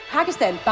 Pakistan